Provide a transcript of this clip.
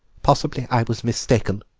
possibly i was mistaken.